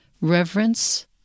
reverence